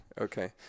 Okay